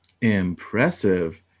Impressive